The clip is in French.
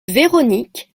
véronique